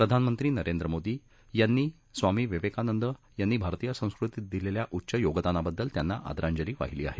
प्रधानमंत्री नरेंद्र मोदी यांनी स्वामी विवेकानंद यांनी भारतीय संस्कृतीत दिलेल्या उच्च योगदानाबद्दल त्यांना आदरांजली वाहिली आहे